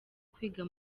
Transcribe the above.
kwiga